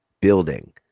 building